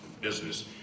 business